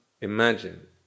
imagine